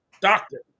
doctor